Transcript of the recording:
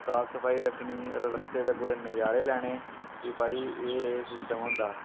साफ सफाई रक्खनी रस्ते दे पूरे नजारे लैने कि भाई एह् एह् सिस्टम होंदा